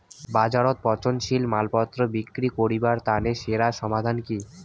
বাজারত পচনশীল মালপত্তর বিক্রি করিবার তানে সেরা সমাধান কি?